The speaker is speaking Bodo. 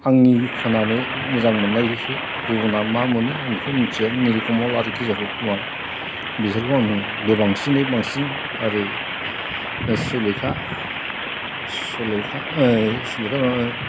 आंनि खोनानो मोजां मोननाय जोंसो गुबुन आ मा मोनो आं बिखौ मिथिया निल कमल आरो किसर कुमार बिसोरखौ आं गोबां सिनै बांसिन आरो सुलेखा सुलेखा नङा